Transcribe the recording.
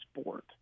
sport